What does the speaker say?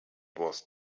was